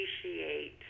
appreciate